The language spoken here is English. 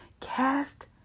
cast